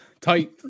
tight